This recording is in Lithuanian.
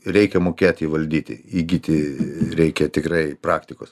reikia mokėt jį valdyti įgyti reikia tikrai praktikos